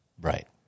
Right